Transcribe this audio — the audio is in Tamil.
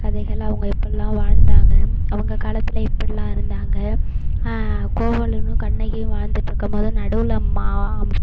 கதைகள் அவங்க எப்படில்லாம் வாழ்ந்தாங்க அவங்க காலத்தில் எப்படில்லாம் இருந்தாங்க கோவலனும் கண்ணகியும் வாழ்ந்துகிட்ருக்கம்போது நடுவில் மா